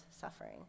suffering